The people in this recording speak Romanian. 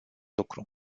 lucru